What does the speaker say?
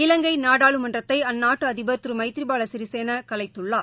இலங்கைநாடாளுமன்றத்தைஅந்நாட்டுஅதிபர் திருமைதிரிபாலசிறிசேனாகலைத்துள்ளார்